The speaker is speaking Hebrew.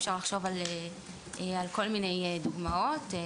אפשר לחשוב על כל מיני דוגמאות.